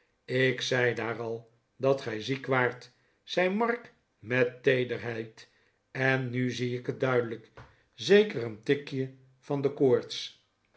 ik zei daar al dat gij ziek waart zei mark met teederheid en nu zie ik het duidelijk zeker een tikje van de koorts